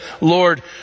Lord